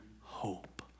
hope